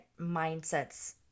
mindsets